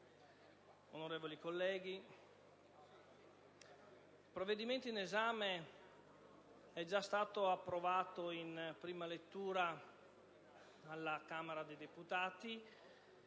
onorevoli colleghi, il provvedimento in esame è già stato approvato in prima lettura dalla Camera dei deputati.